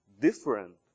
different